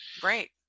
great